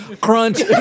Crunch